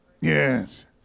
Yes